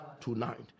tonight